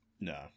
No